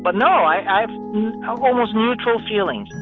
but no, i have almost neutral feelings.